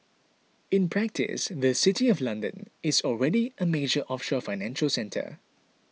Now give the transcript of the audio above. in practice the City of London is already a major offshore financial centre